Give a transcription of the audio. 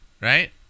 right